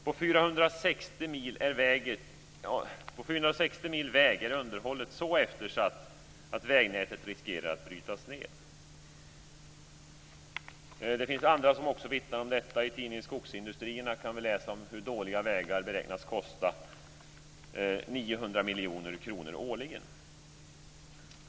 På 460 mil väg är underhållet så eftersatt att vägnätet riskerar att bryta ned. Det finns andra som också vittnar om detta. I tidningen Skogsindustrierna kan vi läsa om hur dåliga vägar beräknas kosta 900 miljoner kronor årligen.